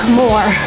more